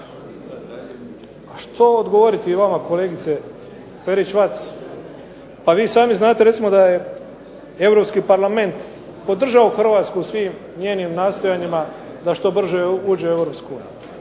A što odgovoriti vama kolegice Ferić-Vac pa vi sami znate recimo da je Europski parlament podržao Hrvatsku u svim njenim nastojanjima da što brže uđe u